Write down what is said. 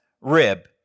rib